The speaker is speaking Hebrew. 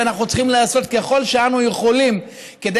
ואנחנו צריכים לעשות כל שאנו יכולים כדי